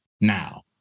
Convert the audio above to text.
now